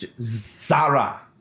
Zara